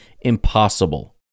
impossible